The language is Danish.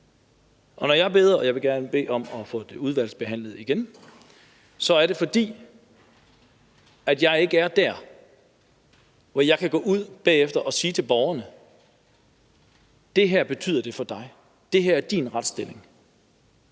Når jeg gerne vil bede om at få det udvalgsbehandlet igen, er det, fordi jeg ikke er der, hvor jeg bagefter kan gå ud og sige til borgerne: Det her betyder det for dig, det her er din retsstilling.